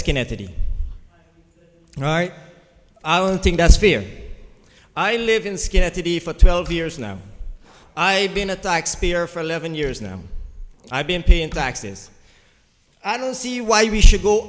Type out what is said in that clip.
thirty right i don't think that's fear i live in schenectady for twelve years now i've been a taxpayer for eleven years now i've been paying taxes i don't see why we should go